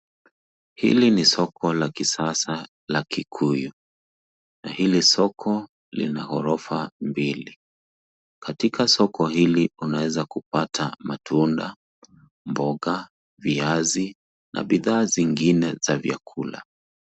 Hili ni soko la kisasa la Kikuyu. Hili soko lina ghorofa mbili. Katika soko hili unaweza kupata matunda, mboga, viazi na bidhaa zingine za vyakula.